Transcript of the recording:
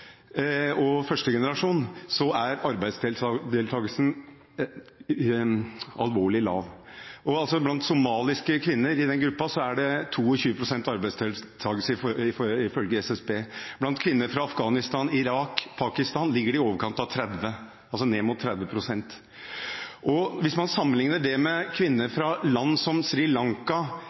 er arbeidsdeltakelsen alvorlig lav. Blant somaliske kvinner er det 22 pst. arbeidsdeltakelse, ifølge SSB. Blant kvinner fra Afghanistan, Irak og Pakistan er det tilsvarende tallet i overkant av 30 pst. Sammenlignet med kvinner fra land som Sri Lanka og India, der det ikke er aktive miljøer som